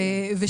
בנוסף,